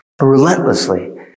relentlessly